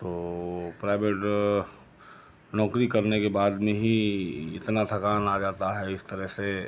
तो प्राइवेट नौकरी करने के बाद में ही इतना थकान आ जाता है इस तरह से